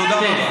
תודה רבה.